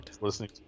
listening